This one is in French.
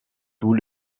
tous